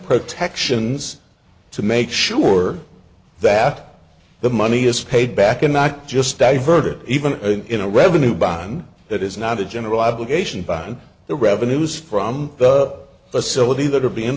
protections to make sure that the money is paid back and not just diverted even in a revenue by on that is not a general obligation by the revenues from the facility that are being